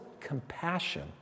compassion